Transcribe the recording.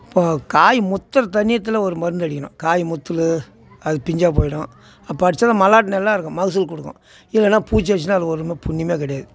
அப்புறம் காய் முத்துகிற தன்னியத்துல ஒரு மருந்து அடிக்கணும் காய் முற்றுது அது பிஞ்சாக போய்டும் அப்போ அடித்தா மல்லாட்டை நல்லாயிருக்கும் மகசூல் கொடுக்கும் இல்லைன்னா பூச்சி அடிச்சிச்சுனா அது ஒன்றுமே புண்ணியம் கிடையாது